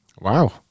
Wow